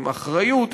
עם אחריות,